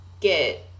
get